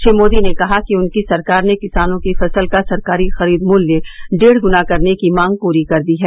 श्री मोदी ने कहा कि उनकी सरकार ने किसानों की फसल का सरकारी खरीद मुल्य डेढ़ गुना करने की मांग पूरी कर दी है